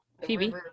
Phoebe